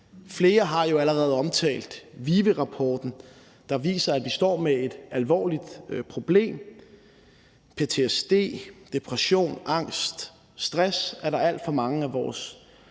Flere har jo allerede omtalt VIVE-rapporten, der viser, at vi står med et alvorligt problem. Ptsd, depression, angst, stress er der alt for mange af vores